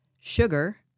sugar